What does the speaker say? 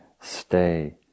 Stay